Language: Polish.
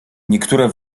niektóre